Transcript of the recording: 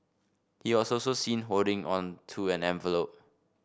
he was also seen holding on to an envelop